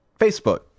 facebook